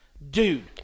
Dude